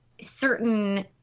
certain